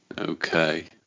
Okay